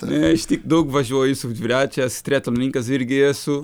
ne aš tik daug važiuoju su dviračiais stretonlinkas irgi esu